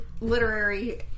literary